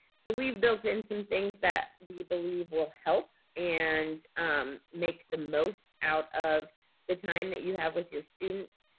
so we've built in some things that we believe will help and um make the most out of the time that you have with your students.